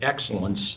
excellence